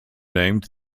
named